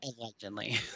Allegedly